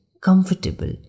comfortable